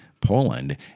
Poland